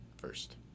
First